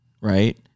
right